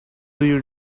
you